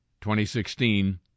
2016